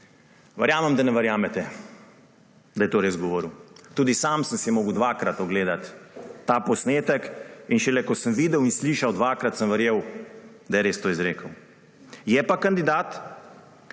Verjamem, da ne verjamete, da je to res govoril. Tudi sam sem si moral dvakrat ogledati ta posnetek, in šele ko sem videl in slišal dvakrat, sem verjel, da je res to izrekel. Je pa kandidat,